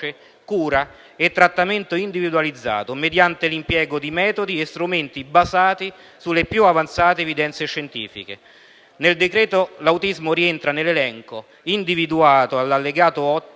cura e trattamento individualizzato, mediante l'impiego di metodi e strumenti basati sulle più avanzate evidenze scientifiche; nel decreto l'autismo rientra nell'elenco individuato all'allegato 8,